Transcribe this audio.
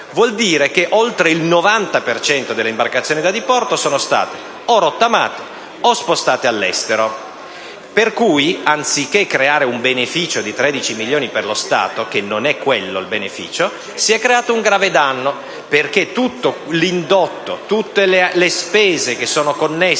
vuol dire che oltre il 90 per cento delle imbarcazioni da diporto sono state o rottamate o spostate all'estero; pertanto, anziché creare un beneficio di 13 milioni per lo Stato (non è quello il beneficio), si è creato un grave danno, perché tutto l'indotto, tutte le spese che sono connesse